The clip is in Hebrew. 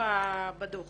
בדוח